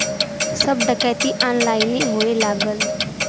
सब डकैती ऑनलाइने होए लगल